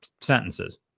sentences